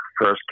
first